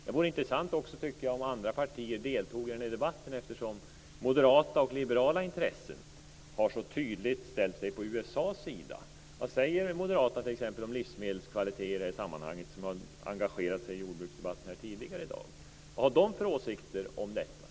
Det vore intressant om andra partier deltog i debatten. Moderata och liberala intressen har så tydligt ställt sig på USA:s sida. Vad säger t.ex. moderaterna om livsmedelskvalitet - moderaterna har ju engagerat sig i jordbruksdebatten tidigare i dag? Vad har moderaterna för åsikter?